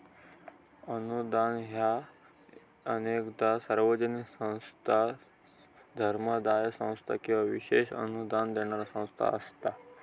अनुदान ह्या अनेकदा सार्वजनिक संस्था, धर्मादाय संस्था किंवा विशेष अनुदान देणारा संस्था असता